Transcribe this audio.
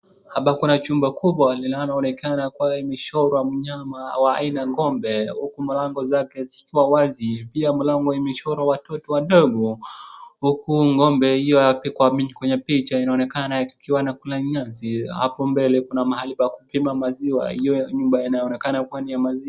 Hapa kuna chumba kubwa linaloonekana kuwa imechorwa mnyama wa aina ng'ombe, huku mlango zake zikiwa wazi. Pia mlango imechorwa watoto wadogo. Huku ng'ombe hiyo ilikopikwa kwenye picha inaonekana ikiwa inakula nyasi. Hapo mbele kuna mahali pa kupima maziwa. Hiyo nyumba inaonekana kuwa ni ya maziwa.